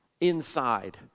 inside